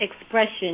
expression